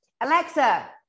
Alexa